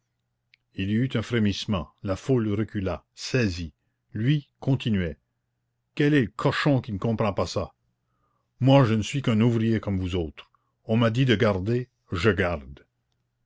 il y eut un frémissement la foule recula saisie lui continuait quel est le cochon qui ne comprend pas ça moi je ne suis qu'un ouvrier comme vous autres on m'a dit de garder je garde